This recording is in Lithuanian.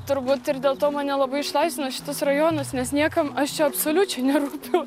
turbūt ir dėl to mane labai išlaisvino šitas rajonas nes niekam aš čia absoliučiai nerūpiu